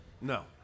No